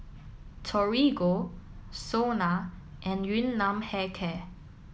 Torigo SONA and Yun Nam Hair Care